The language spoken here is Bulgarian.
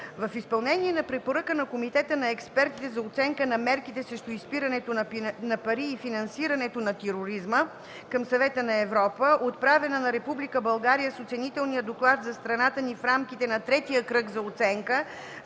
В изпълнение на препоръка на Комитета на експертите за оценка на мерките срещу изпирането на пари и финансирането на тероризма към Съвета на Европа, отправена на Република България с Оценителния доклад за страната ни в рамките на третия кръг за оценка